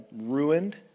ruined